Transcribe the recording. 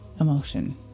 emotion